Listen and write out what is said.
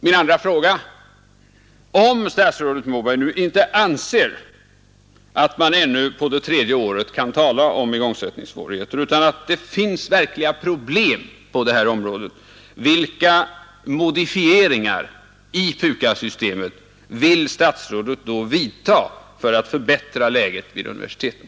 Min andra fråga är denna: Om statsrådet Moberg nu inte anser att man ännu på det tredje året kan tala om ”igångsättningsvårigheter”, utan att det finns verkliga problem på det här området, vilka modifieringar av PUKAS-systemet vill statsrådet då vidta för att förbättra läget vid universiteten?